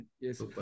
Yes